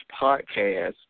podcast